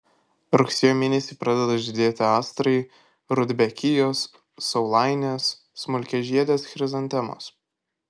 rugsėjo mėnesį pradeda žydėti astrai rudbekijos saulainės smulkiažiedės chrizantemos